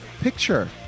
picture